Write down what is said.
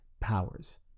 powers